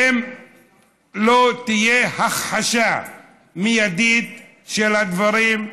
אם לא תהיה הכחשה מיידית של הדברים,